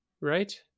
right